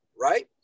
right